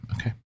Okay